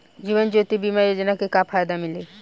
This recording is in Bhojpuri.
जीवन ज्योति बीमा योजना के का फायदा मिली?